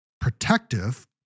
protective